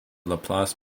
laplace